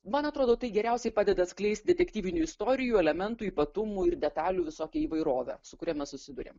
man atrodo tai geriausiai padeda atskleisti detektyvinių istorijų elementų ypatumų ir detalių visokią įvairovę su kuria mes susiduriam